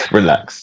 Relax